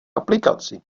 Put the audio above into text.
aplikaci